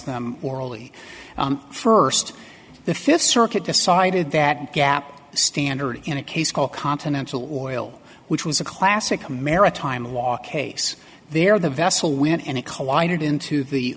them orally first the fifth circuit decided that gap standard in a case called continental oil which was a classic maritime law case there the vessel when and it collided into the